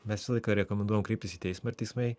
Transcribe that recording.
mes visą laiką rekomenduojam kreiptis į teismą ir teismai